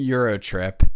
Eurotrip